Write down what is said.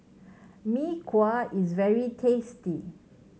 Mee Kuah is very tasty